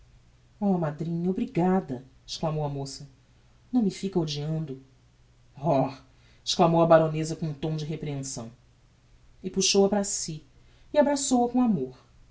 oh madrinha obrigada exclamou a moça não me fica odiando oh exclamou a baroneza com um tom de reprehensão e puxou-a para si e abraçou-a com amor